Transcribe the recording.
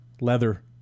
leather